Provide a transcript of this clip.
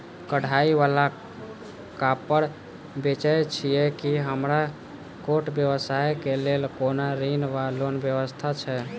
कढ़ाई वला कापड़ बेचै छीयै की हमरा छोट व्यवसाय केँ लेल कोनो ऋण वा लोन व्यवस्था छै?